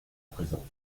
présent